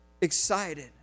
excited